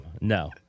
No